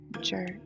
jerk